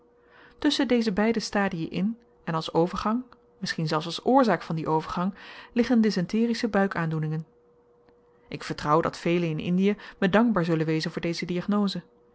tusschen deze beide stadien in en als overgang misschien zelfs als oorzaak van dien overgang liggen dyssenterische buikaandoeningen ik vertrouw dat velen in indie me dankbaar zullen wezen voor deze